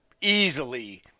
easily